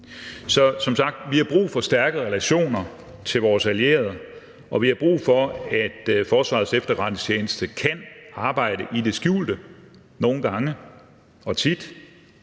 Så som sagt har vi brug for stærke relationer til vores allierede, og vi har brug for, at Forsvarets Efterretningstjeneste kan arbejde i det skjulte, nogle gange og tit,